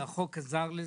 והחוק עזר לזה.